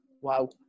Wow